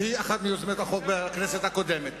והיא אחת מיוזמות החוק בכנסת הקודמת.